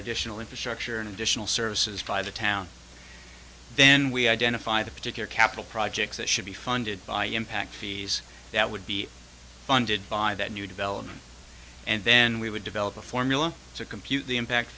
additional infrastructure and additional services by the town then we identify the particular capital projects that should be funded by impact fees that would be funded by that new development and then we would develop a formula to compute the impact